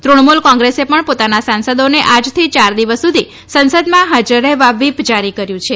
તૃણમુલ કોંગ્રેસે પણ પોતાના સાંસદોને આજથી ચાર દિવસ સુધી સંસદમાં હાજર રહેવા વ્હીપ જારી કર્યું છે